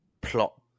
plot